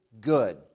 good